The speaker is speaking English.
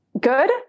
good